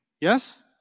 yes